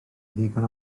ddigon